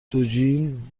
دوجین